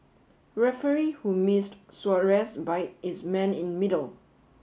referee who missed Suarez bite is man in middle